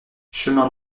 chemin